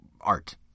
art